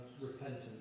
repentance